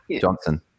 Johnson